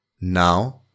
Now